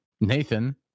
Nathan